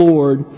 Lord